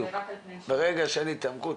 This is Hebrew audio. ברגע שאין התעמקות,